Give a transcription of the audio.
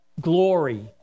glory